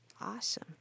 Awesome